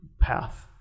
path